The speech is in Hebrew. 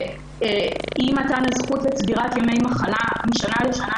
על אי מתן הזכות לצבירת ימי מחלה משנה לשנה,